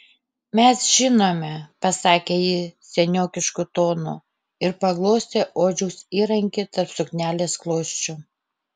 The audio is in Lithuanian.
mes žinome pasakė ji seniokišku tonu ir paglostė odžiaus įrankį tarp suknelės klosčių